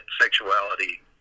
sexuality